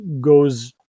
goes